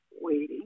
waiting